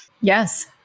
Yes